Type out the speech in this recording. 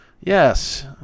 Yes